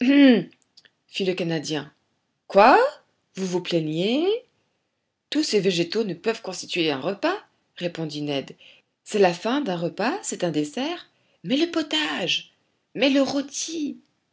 le canadien quoi vous vous plaignez tous ces végétaux ne peuvent constituer un repas répondit ned c'est la fin d'un repas c'est un dessert mais le potage mais le rôti